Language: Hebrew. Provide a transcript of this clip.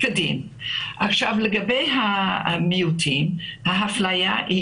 לגבי המיעוטים האפליה היא